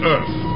Earth